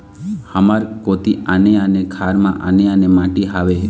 हमर कोती आने आने खार म आने आने माटी हावे?